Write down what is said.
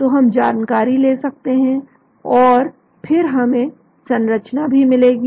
तो हम जानकारी ले सकते हैं और फिर हमें संरचना भी मिलेगी